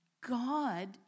God